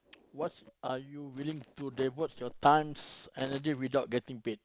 what's are you willing to devote your times energy without getting paid